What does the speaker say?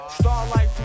Starlight